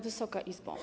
Wysoka Izbo!